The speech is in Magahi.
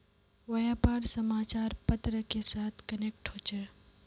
व्यापार समाचार पत्र के साथ कनेक्ट होचे?